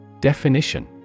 Definition